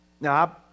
Now